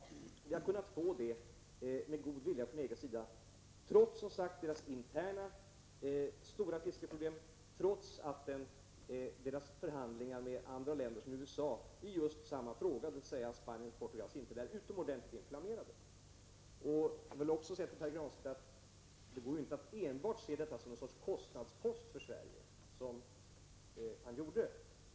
Detta har vi kunnat få med god vilja från EG-ländernas sida, trots att de har stora interna fiskeproblem och trots att deras förhandlingar med andra länder, t.ex. USA, om just samma fråga, dvs. Spaniens och Portugals Prot. 1985/86:140 inträde, är utomordentligt inflammerade. 14 maj 1986 Jag vill säga till Pär Granstedt att det inte går att enbart se detta som en sorts kostnadspost för Sverige.